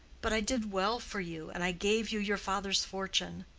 but i did well for you, and i gave you your father's fortune.